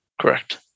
Correct